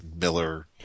Miller